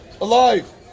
Alive